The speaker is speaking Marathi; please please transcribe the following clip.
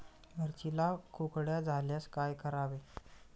मिरचीला कुकड्या झाल्यास काय करावे?